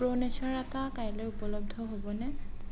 প্ৰ' nature atta কাইলৈ উপলব্ধ হ'বনে